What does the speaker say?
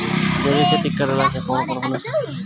जैविक खेती करला से कौन कौन नुकसान होखेला?